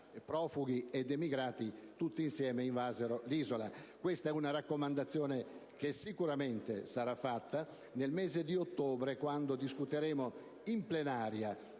profughi ed emigrati, tutti insieme, invasero l'isola. Questa è una raccomandazione che sicuramente sarà fatta nel mese di ottobre, quando discuteremo, in sede plenaria,